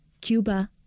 Cuba